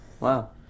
Wow